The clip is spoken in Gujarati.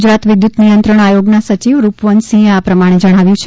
ગુજરાત વિધુત નિયંત્રણ આયોગના સચિવ રૂપવંતસિંહે આ પ્રમાણે જણાવ્યું છે